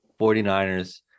49ers